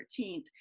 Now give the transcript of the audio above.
13th